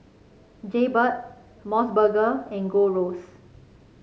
Jaybird MOS burger and Gold Roast